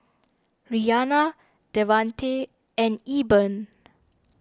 Rianna Devante and Eben